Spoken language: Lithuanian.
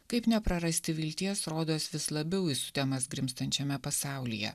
kaip neprarasti vilties rodos vis labiau į sutemas grimztančiame pasaulyje